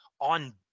on